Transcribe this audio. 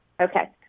okay